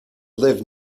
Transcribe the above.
live